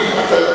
תודה.